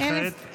וכעת?